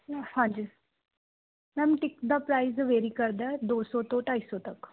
ਹਾਂਜੀ ma'am ticket ਦਾ price vary ਕਰਦਾ ਹੈ ਦੋ ਸੌ ਤੋਂ ਢਾਈ ਸੌ ਤੱਕ